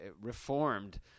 reformed